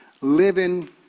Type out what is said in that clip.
living